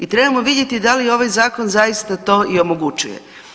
I trebamo vidjeti da li ovaj zakon zaista to i omogućuje.